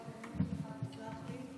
קרעי,